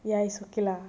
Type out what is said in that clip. ya it's okay lah